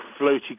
floaty